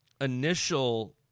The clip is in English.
initial